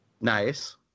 Nice